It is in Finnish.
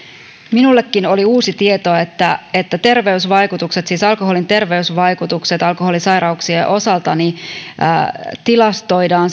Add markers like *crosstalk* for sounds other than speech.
minullekin oli uusi tieto että terveysvaikutukset siis alkoholin terveysvaikutukset alkoholisairauksien osalta tilastoidaan *unintelligible*